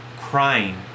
crying